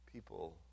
people